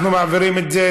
ההצעה להעביר את הנושא